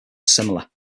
similar